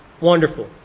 wonderful